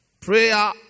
Prayer